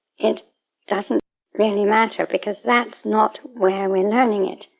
it doesn't really matter, because that's not where we're learning it.